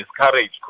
discourage